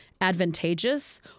advantageous